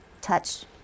touch